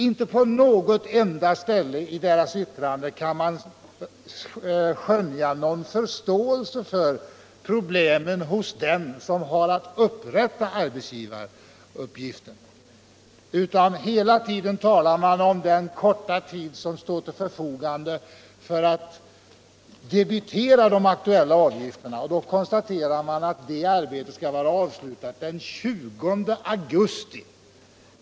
Inte på något enda ställe i deras yttrande kan man skönja någon förståelse för de problem som uppkommer för dem som har att upprätta arbetsgivaruppgiften, utan hela tiden talar man om den korta tid som står till förfogande för att debitera de aktuella avgifterna. Och då konstaterar man att det arbetet skall vara avslutat den 20 augusti.